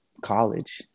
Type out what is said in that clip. college